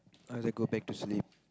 I like go back to sleep